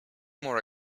more